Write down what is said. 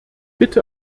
bitte